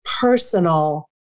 personal